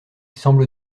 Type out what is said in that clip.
semble